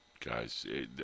guys